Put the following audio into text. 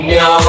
no